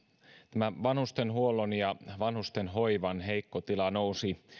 tämä vanhustenhuollon ja vanhustenhoivan heikko tila nousi